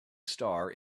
star